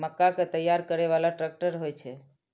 मक्का कै तैयार करै बाला ट्रेक्टर होय छै?